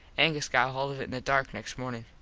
angus got hold of it in the dark next mornin.